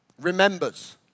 Remembers